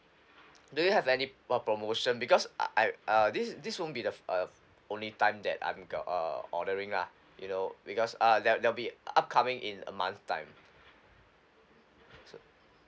do you have any uh promotion because uh I uh this this won't be the fi~ uh only time that I'm go~ err ordering lah you know because uh there there'll be upcoming in a month time